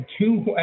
two